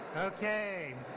okay.